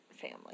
family